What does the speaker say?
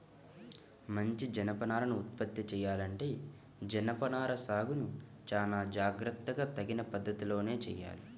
మంచి జనపనారను ఉత్పత్తి చెయ్యాలంటే జనపనార సాగును చానా జాగర్తగా తగిన పద్ధతిలోనే చెయ్యాలి